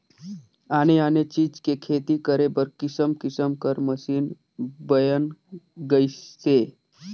आने आने चीज के खेती करे बर किसम किसम कर मसीन बयन गइसे